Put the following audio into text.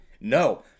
No